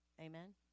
Amen